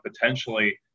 potentially